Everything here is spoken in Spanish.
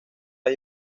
hay